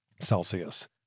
Celsius